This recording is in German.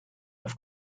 auf